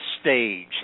stage